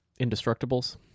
Indestructibles